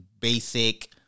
basic